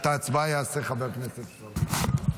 את ההצבעה יעשה חבר הכנסת סולומון.